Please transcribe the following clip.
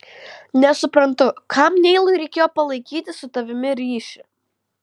nesuprantu kam neilui reikėjo palaikyti su tavimi ryšį